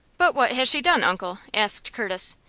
but what has she done, uncle? asked curtis.